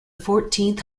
fourteenth